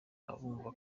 abumva